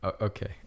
Okay